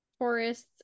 tourists